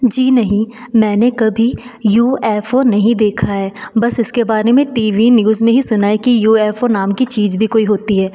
जी नहीं मैंने कभी यू एफ ओ नहीं देखा है बस इसके बारे में टी वी न्यूज़ में ही सुना है कि यूएफओ नाम की चीज़ भी कोई होती है